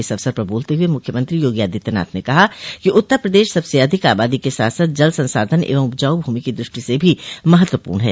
इस अवसर पर बोलते हुए मुख्यमंत्री योगी आदित्यनाथ ने कहा कि उत्तर प्रदेश सबसे अधिक आबादी के साथ साथ जल संसाधन एवं उपजाऊ भूमि की दृष्टि से भी महत्वपूर्ण है